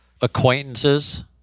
Acquaintances